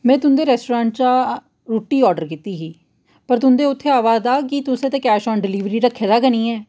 में तुंदे रेस्टोरेंट च रुट्टी आर्डर कीती ही पर तुंदे उत्थै आवै दा ऐ जे तुसें ते कैश आन डिलवरी रक्खे दा गै नेईं ऐ